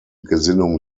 gesinnung